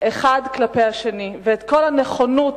ואת כל הנכונות